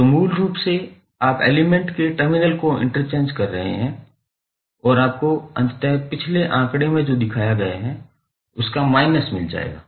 तो मूल रूप से आप एलिमेंट के टर्मिनल को इंटरचेंज कर रहे हैं और आपको अंततः पिछले आंकड़े में जो दिखाया गया है उसका माइनस मिल जाएगा